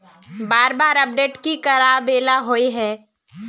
बार बार अपडेट की कराबेला होय है?